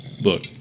look